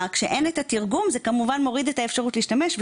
כשאין את התרגום זה כמובן מוריד את האפשרות להשתמש,